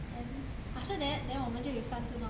then after that then 我们就有三只猫